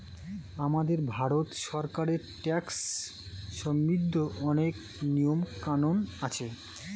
আমাদের ভারত সরকারের ট্যাক্স সম্বন্ধিত অনেক নিয়ম কানুন আছে